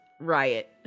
Riot